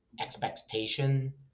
expectation